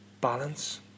balance